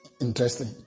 Interesting